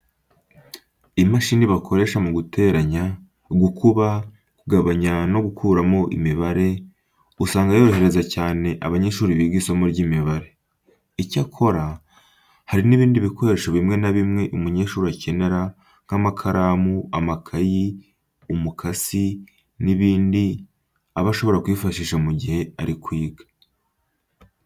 Imashini bakoresha mu guteranya, gukuba, kugabanya no gukuramo imibare usanga yorohereza cyane abanyeshuri biga isomo ry'imibare. Icyakora, hari n'ibindi bikoresho bimwe na bimwe umunyeshuri akenera nk'amakaramu, amakayi, umukasi n'ibindi aba ashobora kwifashisha mu gihe ari kwiga.